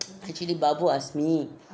actually babu ask me